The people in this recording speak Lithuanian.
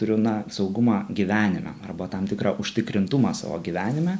turiu na saugumą gyvenime arba tam tikrą užtikrintumą savo gyvenime